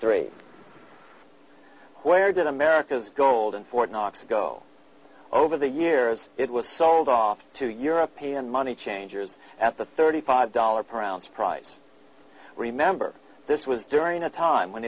three where did america's gold in fort knox go over the years it was sold off to european money changers at the thirty five dollars per ounce price remember this was during a time when